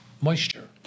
moisture